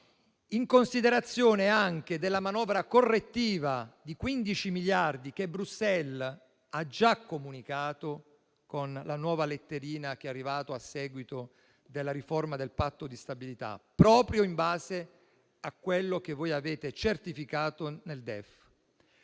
in considerazione anche della manovra correttiva di 15 miliardi che Bruxelles ha già comunicato con la nuova letterina che è arrivata a seguito della riforma del Patto di stabilità, proprio in base a quello che voi avete certificato nel DEF.